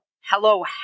hello